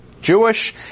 Jewish